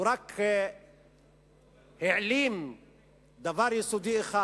הוא רק העלים דבר יסודי אחד,